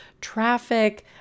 traffic